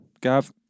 Gav